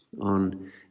on